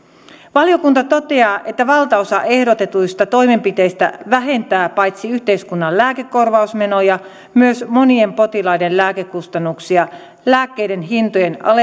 valiokunta toteaa että valtaosa ehdotetuista toimenpiteistä vähentää paitsi yhteiskunnan lääkekorvausmenoja myös monien potilaiden lääkekustannuksia lääkkeiden hintojen